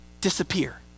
disappear